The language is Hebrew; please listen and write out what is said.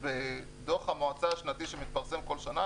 דוח המועצה השנתי שמתפרסם כל שנה,